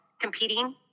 competing